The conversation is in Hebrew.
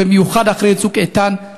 במיוחד אחרי "צוק איתן".